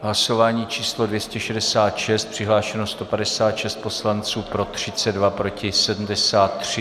Hlasování číslo 266, přihlášeno 156 poslanců, pro 32, proti 73.